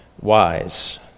wise